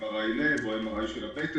MRI לב או MRI בטן.